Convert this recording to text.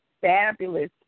fabulous